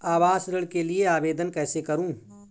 आवास ऋण के लिए आवेदन कैसे करुँ?